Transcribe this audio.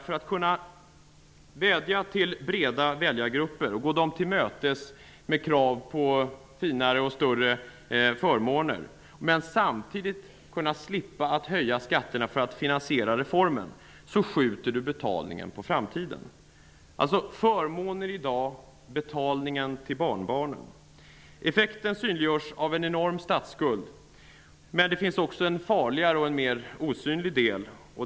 För att kunna vädja till breda väljargrupper och gå dem till mötes när det gäller kraven på finare och större förmåner, men samtidigt slippa att höja skatterna för att finansiera reformen, är taktiken att skjuta betalningen på framtiden. Förmåner i dag -- betalningen till barnbarnen. Effekten synliggörs av en enorm statsskuld, men det finns också en farligare och mer osynlig del.